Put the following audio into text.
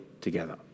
together